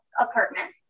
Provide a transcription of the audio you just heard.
apartment